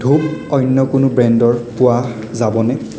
ধূপ অন্য কোনো ব্ৰেণ্ডৰ পোৱা যাবনে